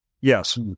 Yes